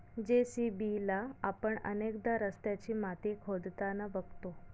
JCB ला आपण अनेकदा रस्त्याची माती खोदताना बघतो